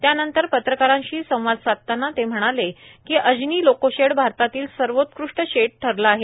त्यानंतर पत्रकारांशी संवाद साधताना ते म्हणाले की अजनी लोकोशेड भारतातील सर्वोत्कृष्ट शेड ठरले आहे